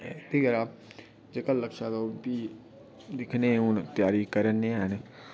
जेह्का साढ़ा लक्ष्य ऐ दिक्खने आं तेआरी करा ना ऐं